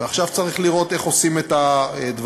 ועכשיו צריך לראות איך עושים את הדברים.